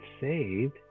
saved